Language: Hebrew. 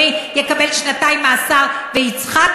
אלו אמורים להיות נאומים של דקה,